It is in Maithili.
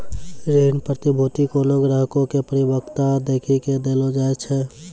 ऋण प्रतिभूती कोनो ग्राहको के परिपक्वता देखी के देलो जाय छै